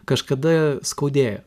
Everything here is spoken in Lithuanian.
kažkada skaudėjo